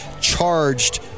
charged